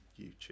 youtube